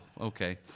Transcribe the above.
Okay